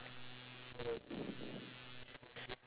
I have a lizard in my house